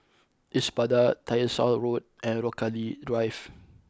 Espada Tyersall Road and Rochalie Drive